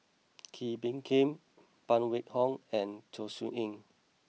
Kee Bee Khim Phan Wait Hong and Chong Siew Ying